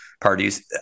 parties